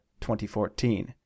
2014